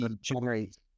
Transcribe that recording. Generate